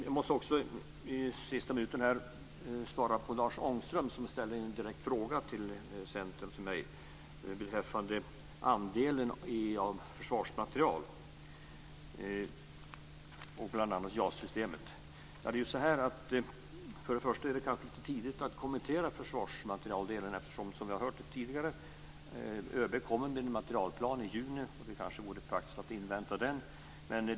Jag måste också i sista minuten svara på den direkta fråga som Lars Ångström ställde till Centern och till mig beträffande andelen försvarsmateriel, och bl.a. JAS-systemet. För det första är det kanske lite tidigt att kommentera försvarsmaterieldelen. Som vi har hört tidigare kommer ÖB med en materielplan i juni. Det kanske vore praktiskt att invänta den.